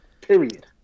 Period